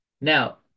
Now